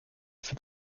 for